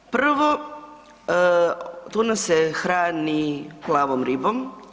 Prvo, tuna se hrani plavom ribom.